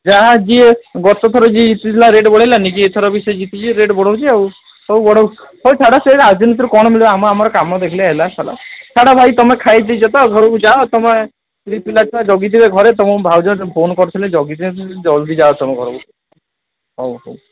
ଯାହା ଯିଏ ଗତ ଥର ଯିଏ ଜିତିଥିଲା ରେଟ୍ ବଢ଼େଇଲାନିକି ଏଥର ବି ଯିଏ ଜିତିଛି ସିଏ ରେଟ୍ ବଢ଼ାଉଛି ଆଉ ହଉ ବଢ଼ାଉ ହଉ ଛାଡ଼ ସେ ରାଜନୀତିରୁ କ'ଣ ମିଳିବ ଆମେ ଆମର କାମ ଦେଖିଲେ ହେଲା ଛାଡ଼ ଛାଡ଼ ଭାଇ ତୁମେ ଖାଇଦେଇଛ ତ ଘରକୁ ଯାଅ ତୁମ ସ୍ତ୍ରୀ ପିଲା ଛୁଆ ଜଗି ଥିବେ ଘରେ ତୁମକୁ ଭାଉଜ ଫୋନ୍ କରିଥିଲେ ଜଗିଥିବେ ଜଲଦି ଯାଅ ତୁମ ଘରକୁ ହଉ ହଉ